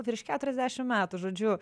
virš keturiasdešim metų žodžiu